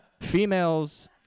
Females